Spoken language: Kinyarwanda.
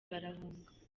barahunga